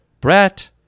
Brett